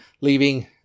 leaving